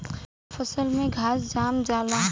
सब फसल में घास जाम जाला